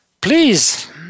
please